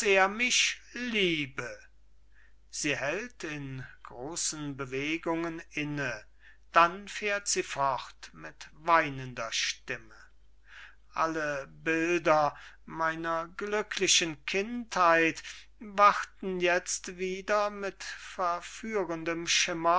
mich liebe sie hält in großen bewegungen inne dann fährt sie fort mit weinender stimme alle bilder meiner glücklichen kindheit wachten jetzt wieder mit verführendem schimmer